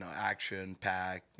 action-packed